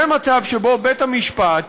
זה מצב שבו בית-משפט,